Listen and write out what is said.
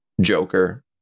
Joker